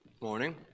Morning